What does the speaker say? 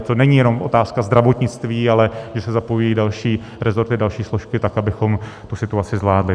To není jenom otázka zdravotnictví, ale kdy se zapojují další resorty, další složky tak, abychom tu situaci zvládli.